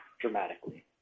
dramatically